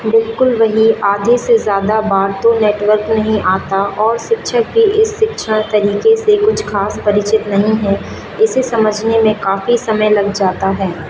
बिलकुल वही आधे से ज़्यादा बार तो नेटवर्क नहीं आता और शिक्षक भी इस शिक्षण तरीक़े से कुछ खास परिचित नहीं हैं इसे समझने में काफ़ी समय लग जाता है